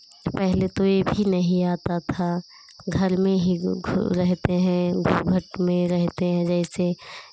पहले तो ये भी नहीं आता था घर में ही रहते हैं बाहर में रहते हैं जैसे